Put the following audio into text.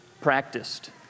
practiced